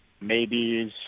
maybes